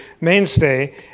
mainstay